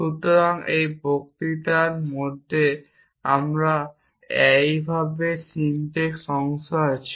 সুতরাং এই বক্তৃতা মধ্যে আমরা এইভাবে সিনট্যাক্স অংশ আছে